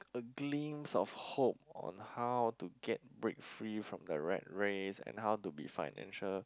a glimpse of hope on how to get break free from the rat race and how to be financial